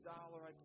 Dollar